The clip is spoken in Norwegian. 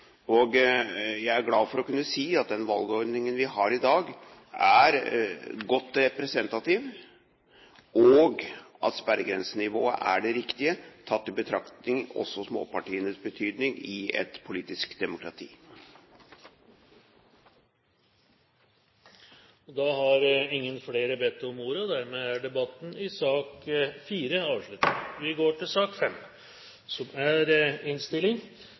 Jeg er glad for å kunne si at den valgordningen vi har i dag, er godt representativ, og at sperregrensenivået er det riktige tatt i betraktning også småpartienes betydning i et politisk demokrati. Flere har ikke bedt om ordet til sak nr. 4. Dette er en svært alvorlig sak som komiteen har brukt mye tid på. Det er